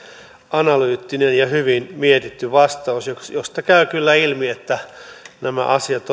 analyyttinen ja hyvin mietitty vastaus josta käy kyllä ilmi että nämä asiat